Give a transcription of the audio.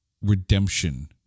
redemption